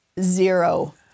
zero